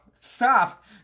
stop